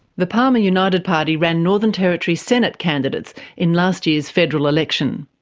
the palmer united party ran northern territory senate candidates in last year's federal election.